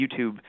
YouTube